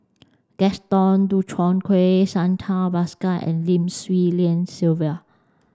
Gaston Dutronquoy Santha Bhaskar and Lim Swee Lian Sylvia